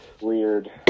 weird